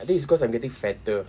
I think it's cause I'm getting fatter